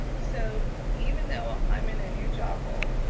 so even though i'm in a new job role,